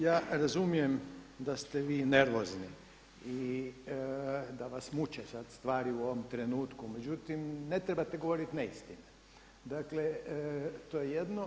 Ja razumijem da ste vi nervozni i da vas muče sada stvari u ovom trenutku, međutim ne trebate govoriti neistinu, to je jedno.